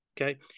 Okay